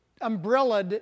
umbrella